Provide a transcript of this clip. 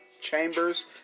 chambers